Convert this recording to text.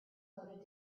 loaded